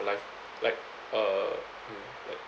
life like uh hmm like